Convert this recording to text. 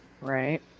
Right